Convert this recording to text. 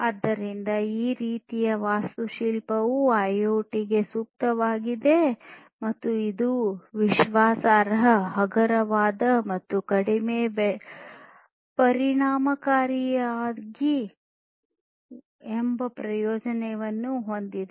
ಆದ್ದರಿಂದ ಈ ರೀತಿಯ ವಾಸ್ತುಶಿಲ್ಪವು ಐಒಟಿಗೆ ಸೂಕ್ತವಾಗಿದೆ ಮತ್ತು ಇದು ವಿಶ್ವಾಸಾರ್ಹ ಹಗುರವಾದ ಮತ್ತು ವೆಚ್ಚ ಪರಿಣಾಮಕಾರಿ ಎಂಬ ಪ್ರಯೋಜನವನ್ನು ಹೊಂದಿದೆ